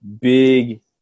big